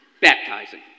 baptizing